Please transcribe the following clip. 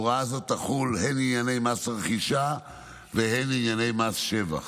הוראה זו תחול הן לענייני מס רכישה והן לענייני מס שבח.